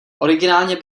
originálně